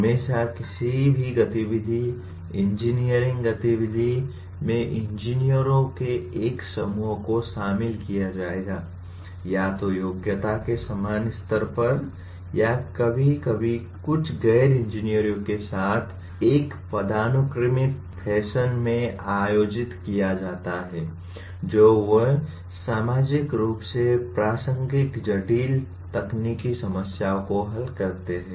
हमेशा किसी भी गतिविधि इंजीनियरिंग गतिविधि में इंजीनियरों के एक समूह को शामिल किया जाएगा या तो योग्यता के समान स्तर पर या कभी कभी कुछ गैर इंजीनियरों के साथ एक पदानुक्रमित फैशन में आयोजित किया जाता है जो वे सामाजिक रूप से प्रासंगिक जटिल तकनीकी समस्याओं को हल करते हैं